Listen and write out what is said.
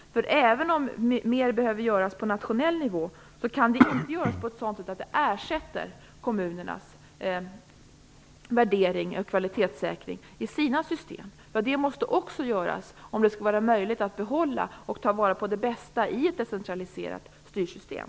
Även om mer behöver göras på nationell nivå kan det inte göras på ett sådant sätt att det ersätter kommunernas värdering och kvalitetssäkring. Den måste också göras, om det skall vara möjligt att behålla och ta vara på det bästa i ett decentraliserat styrsystem.